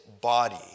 body